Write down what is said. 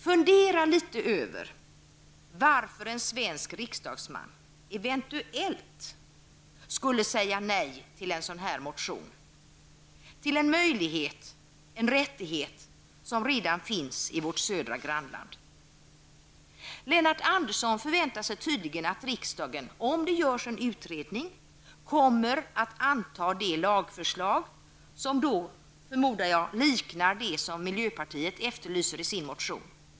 Fundera litet grand över varför en svensk riksdagsman eventuellt skulle säga nej till en sådan här motion, till en möjlighet, en rättighet, som redan finns i vårt södra grannland. Lennart Andersson förväntar sig tydligen att riksdagen, om det görs en utredning, kommer att anta det lagförslag som jag förmodar då liknar det som miljöpartiet efterlyser i sin motion.